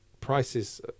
prices